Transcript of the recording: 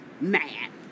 mad